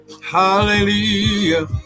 Hallelujah